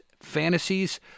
fantasies